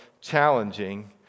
challenging